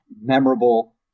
memorable